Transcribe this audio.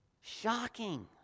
Shocking